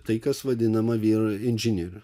tai kas vadinama vyrinžinierius